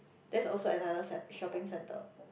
that's also another centre~ shopping centre